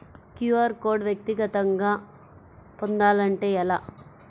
QR code వ్యక్తిగతంగా పొందాలంటే ఎలా?